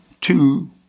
two